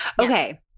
Okay